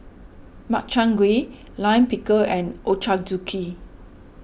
Makchang Gui Lime Pickle and Ochazuke